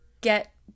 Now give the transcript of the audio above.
get